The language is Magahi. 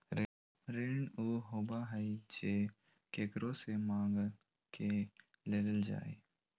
ऋण उ होबा हइ जे केकरो से माँग के लेल जा हइ